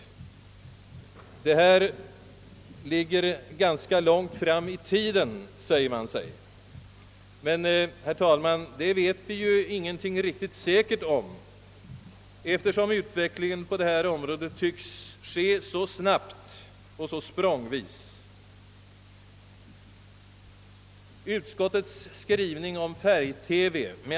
Detta med satelliter ligger ganska långt fram i tiden, säger man. Men, herr talman, det vet vi ingenting säkert om, eftersom utvecklingen på detta område tycks gå så snabbt och så språngvis.